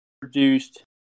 produced